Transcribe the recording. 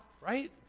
right